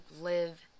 live